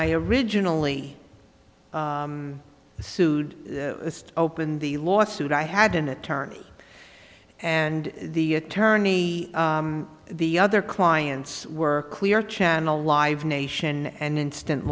i originally sued open the lawsuit i had an attorney and the attorney the other clients were clear channel live nation and instant